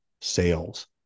sales